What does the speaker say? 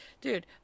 dude